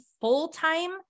full-time